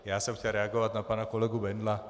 Já jsem chtěl reagovat na pana kolegu Bendla.